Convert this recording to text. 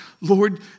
Lord